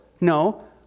No